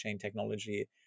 technology